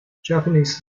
japanese